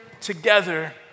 together